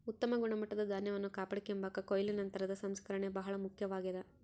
ಉತ್ತಮ ಗುಣಮಟ್ಟದ ಧಾನ್ಯವನ್ನು ಕಾಪಾಡಿಕೆಂಬಾಕ ಕೊಯ್ಲು ನಂತರದ ಸಂಸ್ಕರಣೆ ಬಹಳ ಮುಖ್ಯವಾಗ್ಯದ